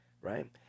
right